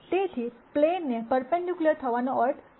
તેથી પ્લેન ને પર્પન્ડિક્યુલર થવાનો અર્થ શું છે